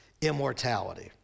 immortality